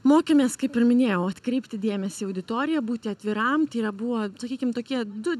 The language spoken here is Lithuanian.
mokėmės kaip ir minėjau atkreipti dėmesį į auditoriją būti atviram tai yra buvo sakykim tokie du